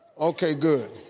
okay good,